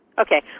Okay